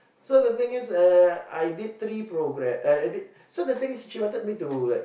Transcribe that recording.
so the things is uh I did three programme uh uh I did so the thing is she wanted me to like